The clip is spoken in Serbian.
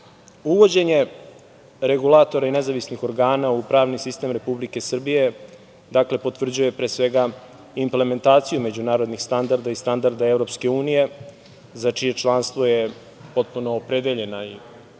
govoriti. Uvođenje regulatora i nezavisnih organa u pravni sistem Republike Srbije, dakle potvrđuje pre svega implementaciju međunarodni standarda i standarda Evropske unije za čije članstvo je potpuno opredeljena naša